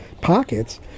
pockets